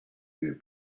their